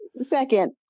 Second